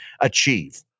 achieve